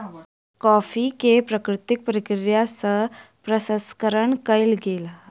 coffee के प्राकृतिक प्रक्रिया सँ प्रसंस्करण कयल गेल